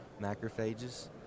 macrophages